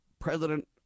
president